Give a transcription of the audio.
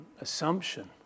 assumption